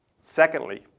Secondly